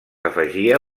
afegia